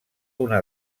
una